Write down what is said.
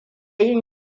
yin